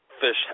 fish